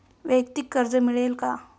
वैयक्तिक कर्ज मिळेल का?